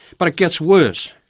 but it gets worse.